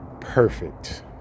perfect